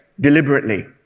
deliberately